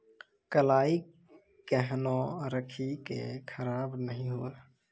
कलाई केहनो रखिए की खराब नहीं हुआ?